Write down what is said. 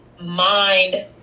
mind